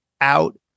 out